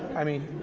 i mean,